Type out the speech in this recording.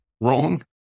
wrong